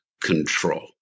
control